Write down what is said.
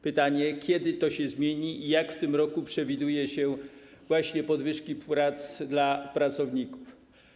Pytanie: Kiedy to się zmieni i jakie w tym roku przewiduje się podwyżki płac dla pracowników?